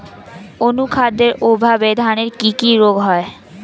অনুখাদ্যের অভাবে ধানের কি কি রোগ হয়?